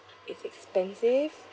it's expensive